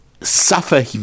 suffer